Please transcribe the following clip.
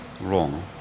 wrong